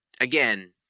again